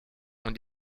ont